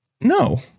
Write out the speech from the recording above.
No